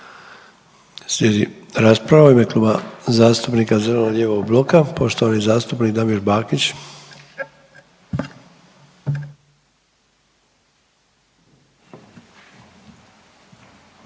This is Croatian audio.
Slijedi rasprava u ime Kluba zastupnika zeleno-lijevog bloka poštovani zastupnik Damir Bakić.